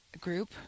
group